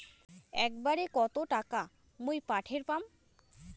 একবারে কত টাকা মুই পাঠের পাম?